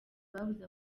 babuze